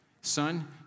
Son